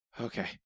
Okay